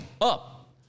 up